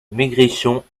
maigrichon